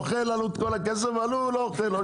אוכל לנו את כל הכסף --- לא שוקולד,